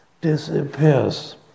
disappears